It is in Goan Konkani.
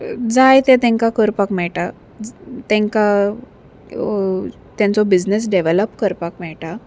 जाय तें तेंकां करपाक मेळटा ज तेंकां तेंचो बिझनस डॅवॅलॉप करपाक मेळटा